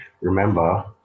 remember